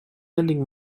lending